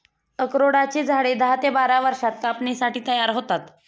अक्रोडाची झाडे दहा ते बारा वर्षांत कापणीसाठी तयार होतात